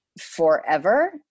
Forever